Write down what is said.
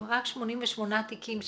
אם רק 88 תיקים שנפתחו,